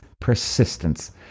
persistence